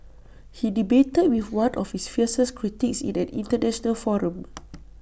he debated with one of his fiercest critics in an International forum